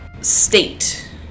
State